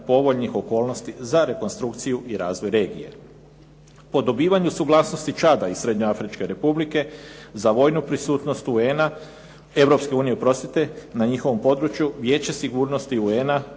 povoljnih okolnosti za rekonstrukciju i razvoj regije. Po dobivanju suglasnosti Čada i Srednjoafričke Republike za vojnu prisutnost UN-a, Europske unije, oprostite na njihovom području Vijeće sigurnosti UN-a